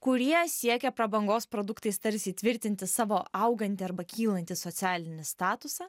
kurie siekia prabangos produktais tarsi įtvirtinti savo augantį arba kylantį socialinį statusą